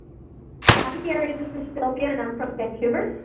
hi gary. this is sylvia and i'm from vancouver,